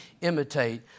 imitate